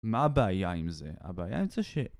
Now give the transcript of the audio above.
מה הבעיה עם זה? הבעיה איזה ש...